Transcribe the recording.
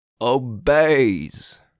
obeys